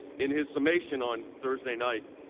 in his summation on thursday night,